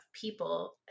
people